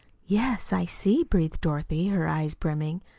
yes, i see, breathed dorothy, her eyes brimming.